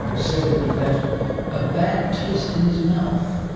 said it would have left a bad taste in his mouth.